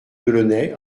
delaunay